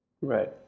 Right